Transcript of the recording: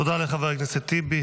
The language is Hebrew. תודה לחבר הכנסת טיבי.